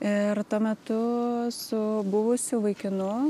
ir tuo metu su buvusiu vaikinu